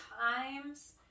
times